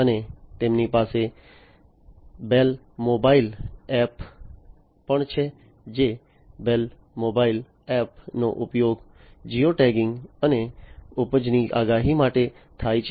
અને તેમની પાસે બેલ મોબાઈલ એપ પણ છે જે બેલ મોબાઈલ એપ નો ઉપયોગ જીઓ ટેગીંગ અને ઉપજની આગાહી માટે થાય છે